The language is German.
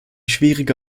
schwierige